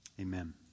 Amen